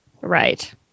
Right